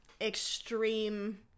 extreme